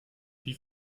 wie